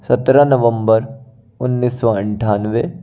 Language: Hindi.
सत्रह नवंबर उन्नीस सौ अट्ठानवे